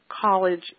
college